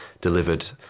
delivered